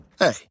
Hey